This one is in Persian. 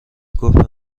گفتبه